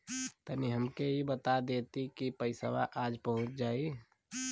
तनि हमके इ बता देती की पइसवा आज पहुँच जाई?